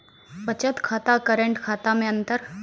बचत खाता करेंट खाता मे अंतर?